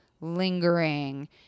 lingering